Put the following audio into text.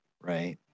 right